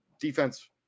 defense